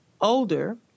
older